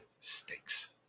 Stinks